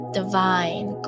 divine